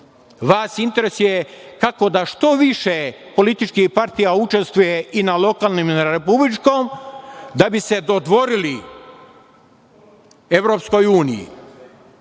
interesuje kako da što više političkih partija učestvuje i na lokalnim i na republičkom da bi se dodvorili EU i,